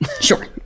sure